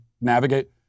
navigate